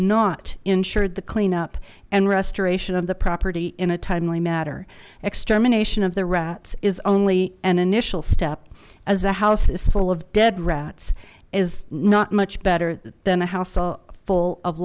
not insured the cleanup and restoration of the property in a timely matter extermination of the rats is only an initial step as the house is full of dead rats is not much better than a house full of